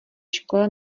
škole